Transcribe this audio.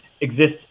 exists